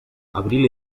abril